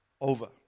over